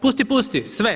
Pusti, pusti sve.